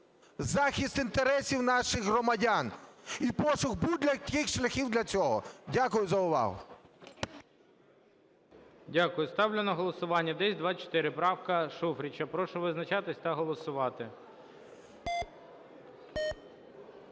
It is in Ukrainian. захист інтересів наших громадян і пошук будь-яких шляхів для цього. Дякую за увагу. ГОЛОВУЮЧИЙ. Дякую. Ставлю на голосування 1024. Правка Шуфрича. Прошу визначатися та голосувати.